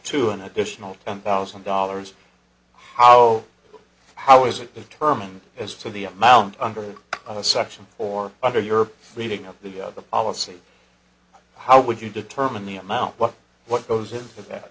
to an additional ten thousand dollars how how is it determined as to the amount under the suction or under your reading of the of the policy how would you determine the amount but what goes into that